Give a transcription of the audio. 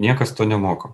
niekas to nemoko